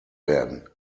werden